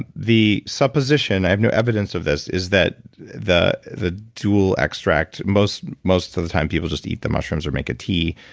the supposition, i have no evidence of this, is that the the dual extract. most most of the time, people just eat the mushrooms or make a tea.